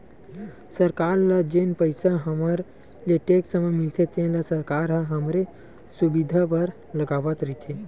सरकार ल जेन पइसा हमर ले टेक्स म मिलथे तेन ल सरकार ह हमरे सुबिधा बर लगावत रइथे